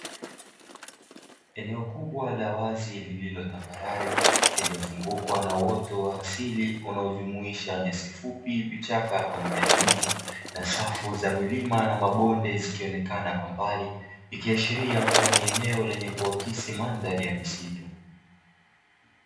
Eneo kubwa la wazi, lililotambarare lililozungukwa na uoto wa asili unaojumuisha; nyasi fupi, vichaka pamoja na miti, na safu za milima na mabonde zikionekana kwa mbali, ikiashiria kuwa ni eneo lenye kuakisi mandhari ya misitu.